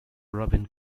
robin